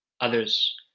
others